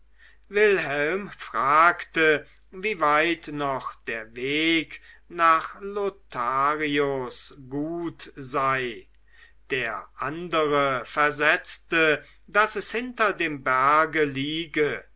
wilhelm fragte wie weit noch der weg nach lotharios gut sei der andere versetzte daß es hinter dem berge liege